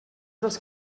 dels